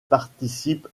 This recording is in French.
participe